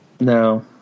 No